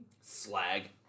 Slag